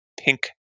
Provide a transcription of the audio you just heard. pink